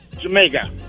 Jamaica